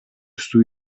суу